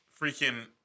freaking